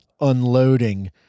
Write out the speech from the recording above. unloading